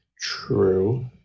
True